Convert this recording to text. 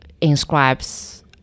inscribes